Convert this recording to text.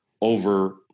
over